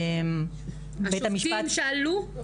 השופטים שאלו?